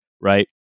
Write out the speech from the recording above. right